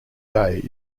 day